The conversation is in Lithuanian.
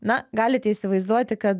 na galite įsivaizduoti kad